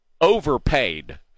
overpaid